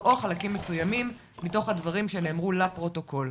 או חלקים מסוימים מתוך הדברים שנאמרו לפרוטוקול.